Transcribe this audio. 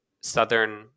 Southern